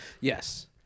Yes